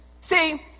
See